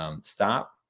stop